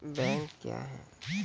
Bank क्या हैं?